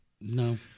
no